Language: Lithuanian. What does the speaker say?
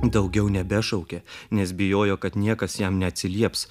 daugiau nebešaukė nes bijojo kad niekas jam neatsilieps